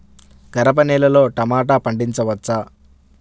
గరపనేలలో టమాటా పండించవచ్చా?